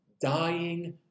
dying